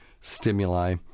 stimuli